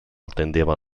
attendeva